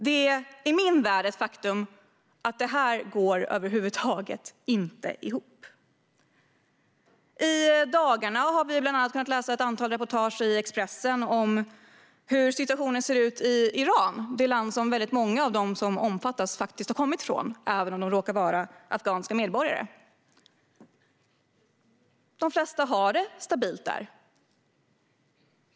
Det är i min värld ett faktum att det här över huvud taget inte går ihop. I dagarna har vi bland annat kunnat läsa ett antal reportage i Expressen om hur situationen ser ut i Iran, det land som väldigt många av dem som omfattas av detta faktiskt har kommit ifrån, även om de råkar vara afghanska medborgare. De flesta har det stabilt där.